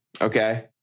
Okay